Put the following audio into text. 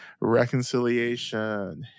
reconciliation